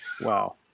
Wow